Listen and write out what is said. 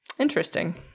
interesting